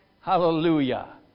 Hallelujah